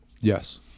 Yes